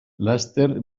laster